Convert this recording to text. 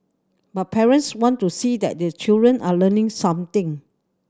but parents want to see that these children are learning something